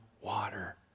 water